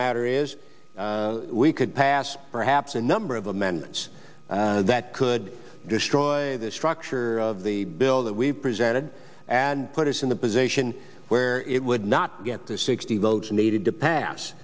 matter is we could pass perhaps a number of amendments that could destroy the structure of the bill that we presented and put us in the position where it would not get the sixty votes needed to pass